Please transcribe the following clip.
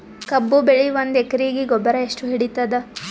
ಕಬ್ಬು ಬೆಳಿ ಒಂದ್ ಎಕರಿಗಿ ಗೊಬ್ಬರ ಎಷ್ಟು ಹಿಡೀತದ?